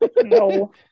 No